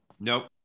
Nope